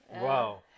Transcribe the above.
Wow